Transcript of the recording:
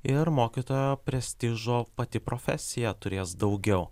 ir mokytojo prestižo pati profesija turės daugiau